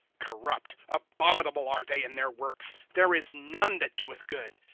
corrupt, abominable are they in their works there is none that doeth good,